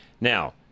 Now